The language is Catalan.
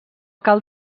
cal